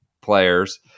players